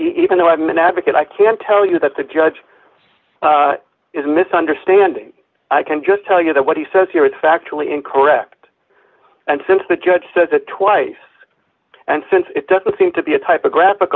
even though i'm an advocate i can tell you that the judge is misunderstanding i can just tell you that what he says here is factually incorrect and since the judge says it twice and since it doesn't seem to be a typographic